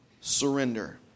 surrender